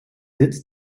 sitz